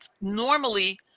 normally